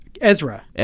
Ezra